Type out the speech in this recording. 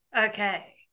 Okay